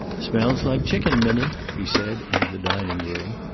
smell's like chicken, minnie, he said, into the dining room.